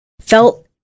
felt